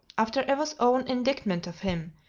after eva's own indictment of him,